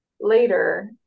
later